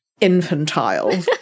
infantile